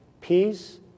peace